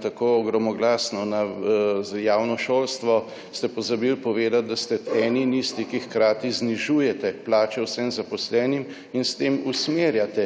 tako gromoglasno prisegate na javno šolstvo, ste pozabili povedati, da ste eni in isti, ki hkrati znižujete plače vsem zaposlenim in s tem usmerjate